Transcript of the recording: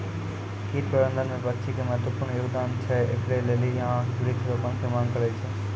कीट प्रबंधन मे पक्षी के महत्वपूर्ण योगदान छैय, इकरे लेली यहाँ वृक्ष रोपण के मांग करेय छैय?